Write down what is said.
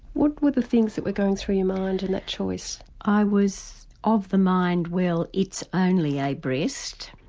what were the things that were going through your mind in that choice? i was of the mind well it's only a breast,